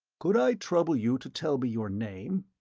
could i trouble you to tell me your name?